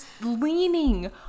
leaning